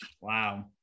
Wow